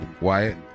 Wyatt